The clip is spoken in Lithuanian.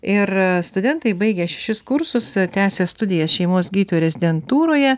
ir studentai baigę šešis kursus tęsia studijas šeimos gydytojų rezidentūroje